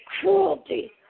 cruelty